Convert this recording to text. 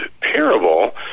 parable